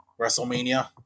WrestleMania